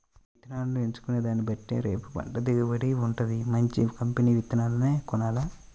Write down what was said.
ఇత్తనాలను ఎంచుకునే దాన్నిబట్టే రేపు పంట దిగుబడి వుంటది, మంచి కంపెనీ విత్తనాలనే కొనాల